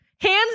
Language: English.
hands